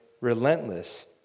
relentless